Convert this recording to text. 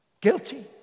Guilty